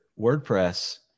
WordPress